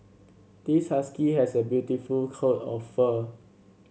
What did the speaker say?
this husky has a beautiful coat of fur